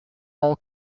all